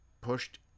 pushed